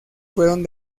fueron